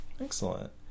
Excellent